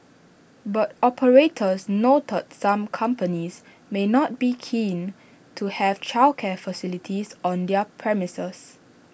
but operators noted some companies may not be keen to have childcare facilities on their premises